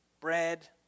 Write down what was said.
bread